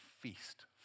feast